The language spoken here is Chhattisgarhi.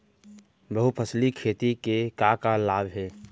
बहुफसली खेती के का का लाभ हे?